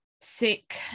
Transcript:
sick